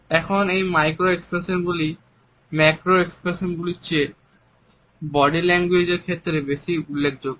এখন এই মাইক্রো এক্সপ্রেশনগুলি ম্যাক্রো এক্সপ্রেশনগুলির চেয়ে বডি ল্যাঙ্গুয়েজের ক্ষেত্রে বেশি উল্লেখযোগ্য